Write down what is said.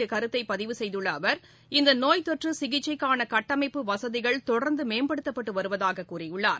இக்கருத்தைபதிவு செய்துள்ளஅவர் இந்தநோய் வலைதளத்தில் சமூக தொற்றுசிகிச்சைக்கானகட்டமைப்பு வசதிகள் தொடர்ந்துமேம்படுத்தப்பட்டுவருவதாககூறியுள்ளார்